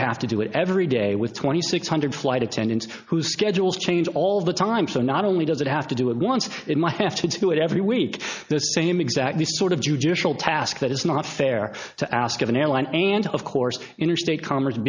would have to do it every day with twenty six hundred flight attendants who schedules change all the time so not only does it have to do it once it might have to do it every week week the same exact the sort of judicial task that is not fair to ask of an airline and of course interstate co